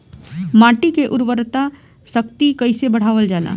माटी के उर्वता शक्ति कइसे बढ़ावल जाला?